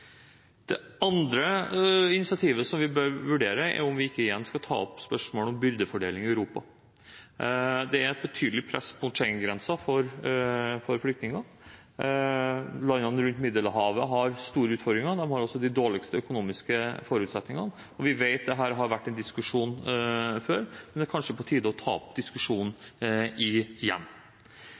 Det andre initiativet vi bør vurdere, er om vi ikke igjen skal ta opp spørsmålet om byrdefordeling i Europa. Det er et betydelig press mot Schengen-grensen av flyktninger. Landene rundt Middelhavet har store utfordringer. De har også de dårligste økonomiske forutsetningene. Vi vet at dette har vært en diskusjon før, men det er kanskje på tide å ta opp diskusjonen igjen.